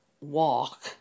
walk